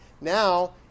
Now